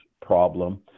problem